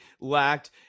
lacked